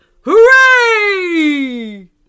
hooray